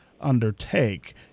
undertake